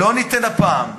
לא ניתן הפעם,